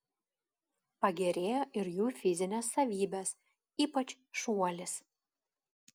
pagerėjo ir jų fizinės savybės ypač šuolis